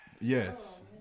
Yes